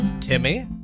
Timmy